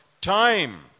time